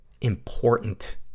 important